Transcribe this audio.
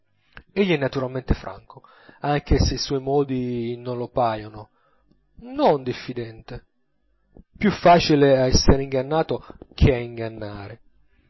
vino egli è naturalmente franco anche se i suoi modi non lo paiono non diffidente più facile a essere ingannato che a ingannare